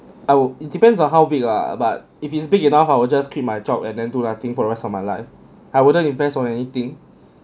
I would it depends on how big lah but if it's big enough I will just keep my job and then do nothing for rest of my life I wouldn't invest on anything